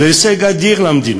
זה הישג אדיר למדינה,